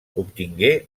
obtingué